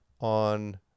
on